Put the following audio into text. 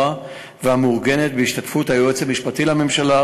והמאורגנת בהשתתפות היועץ המשפטי לממשלה,